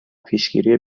پیشگیری